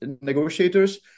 negotiators